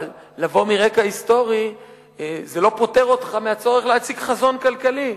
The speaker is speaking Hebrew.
אבל לבוא מרקע היסטורי זה לא פוטר אותך מהצורך להציג חזון כלכלי.